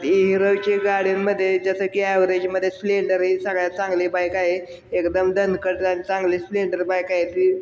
हिरोचे गाड्यामध्ये जसं की ॲव्हेजमध्ये स्प्लेंडर ही सगळ्यात चांगली बाईक आहे एकदम दणकट न चांगली स्प्लेंडर बाईक आहे ती